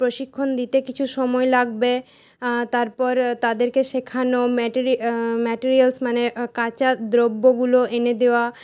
প্রশিক্ষণ দিতে কিছু সময় লাগবে তারপর তাদেরকে শেখানো মেটিরিয়ালস মানে কাঁচা দ্রব্যগুলো এনে দেওয়া